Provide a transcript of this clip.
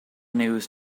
news